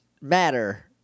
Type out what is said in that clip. matter